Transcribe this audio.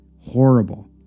horrible